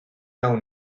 nau